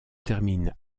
termine